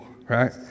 right